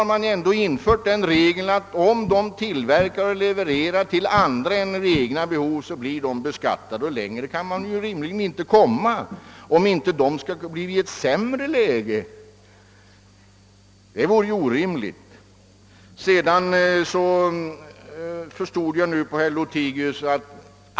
Det har ändå införts en regel om beskattning av vad stat och kommun tillverkar för andra behov än sina egna, och längre kan man väl inte sträcka sig, om inte stat och kommun skall försättas i ett sämre läge än andra, vilket vore orimligt.